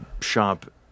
shop